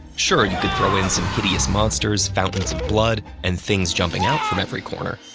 sure, you could throw in some hideous monsters, fountains of blood, and things jumping out from every corner,